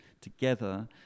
together